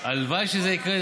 הלוואי שזה יקרה.